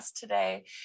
today